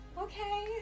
Okay